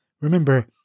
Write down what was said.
Remember